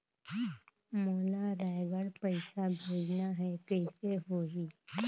मोला रायगढ़ पइसा भेजना हैं, कइसे होही?